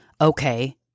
Okay